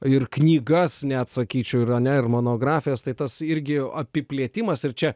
ir knygas net sakyčiau ir ar ne ir monografijas tai tas irgi apiplėtimas ir čia